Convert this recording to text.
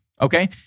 Okay